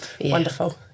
wonderful